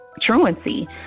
truancy